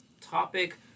topic